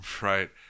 right